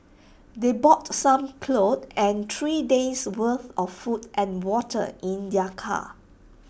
they brought some clothes and three days worth of food and water in their car